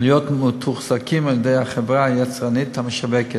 ולהיות מתוחזקים על-ידי החברה היצרנית המשווקת.